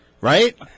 Right